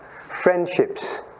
Friendships